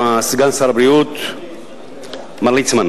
סגן שר הבריאות מר ליצמן,